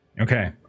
Okay